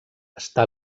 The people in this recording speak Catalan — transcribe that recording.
està